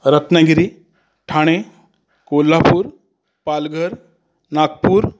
Ratnagiri Thane Kolhapur Palghar Nagpur